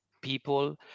people